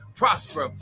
Prosper